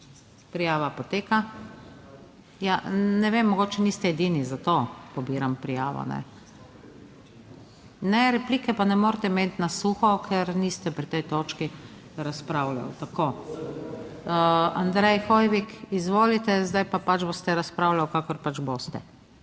iz dvorane/ Ja, ne vem, mogoče niste edini, zato pobiram prijavo. Ne, ne, replike pa ne morete imeti na suho, ker niste pri tej točki razpravljali. Tako. Andrej Hoivik, izvolite, zdaj pa pač boste razpravljal, kakor pač boste,